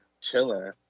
chilling